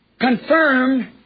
Confirmed